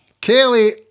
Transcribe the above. Kelly